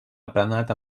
aplanat